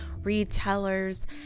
retailers